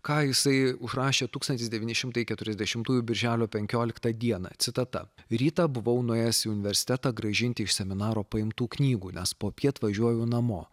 ką jisai užrašė tūkstantis devyni šimtai keturiasdešimtųjų birželio penkioliktą dieną citata rytą buvau nuėjęs į universitetą grąžinti iš seminaro paimtų knygų nes popiet važiuoju namo